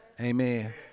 Amen